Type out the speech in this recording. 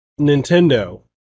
Nintendo